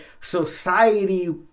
society